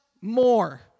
more